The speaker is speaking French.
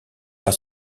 par